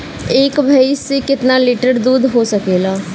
एक भइस से कितना लिटर दूध हो सकेला?